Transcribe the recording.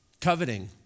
coveting